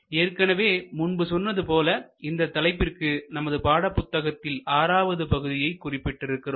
ஏற்கனவே முன்பு சொன்னது போல இந்த தலைப்பிற்கு நமது பாடபுத்தகத்தில் ஆறாவது பகுதியை குறிப்பிட்டிருக்கிறோம்